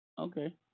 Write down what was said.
Okay